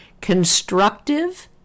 Constructive